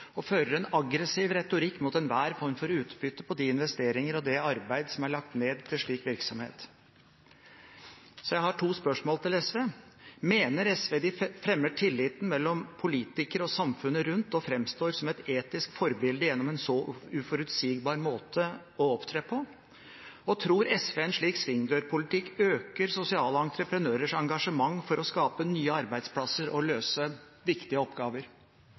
og fører en aggressiv retorikk mot enhver form for utbytte på de investeringer og det arbeid som er lagt ned til slik virksomhet. Så jeg har to spørsmål til SV: Mener SV at de fremmer tilliten mellom politikere og samfunnet rundt og fremstår som et etisk forbilde gjennom en så uforutsigbar måte å opptre på? Og tror SV en slik svingdørpolitikk øker sosiale entreprenørers engasjement for å skape nye arbeidsplasser og løse viktige